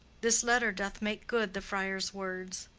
this letter doth make good the friar's words,